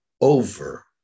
over